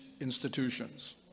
institutions